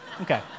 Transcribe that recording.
Okay